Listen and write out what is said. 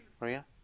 Maria